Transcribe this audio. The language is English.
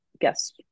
guest